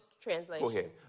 Translation